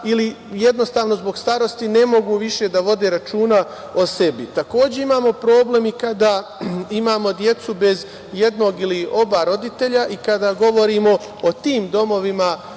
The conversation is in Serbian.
ili jednostavno zbog starosti ne mogu više da vode računa o sebi. Takođe, imamo problem i kada imamo decu bez jednog ili oba roditelja. I kada govorimo o tim domovima